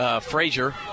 Frazier